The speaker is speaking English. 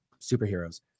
superheroes